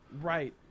right